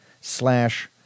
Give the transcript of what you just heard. slash